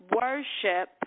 worship